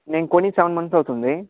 నేను కొని seven months అవుతుంది